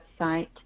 website